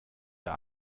der